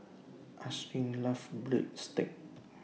Ashlyn loves Breadsticks